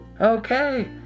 Okay